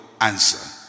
answer